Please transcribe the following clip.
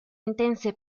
intense